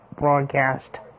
broadcast